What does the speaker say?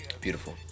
Beautiful